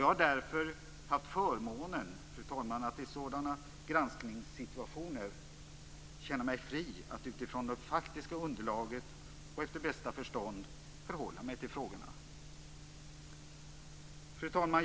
Jag har därför haft förmånen att i sådana granskningssituationer känna mig fri att utifrån det faktiska underlaget och efter bästa förstånd förhålla mig till frågorna. Fru talman!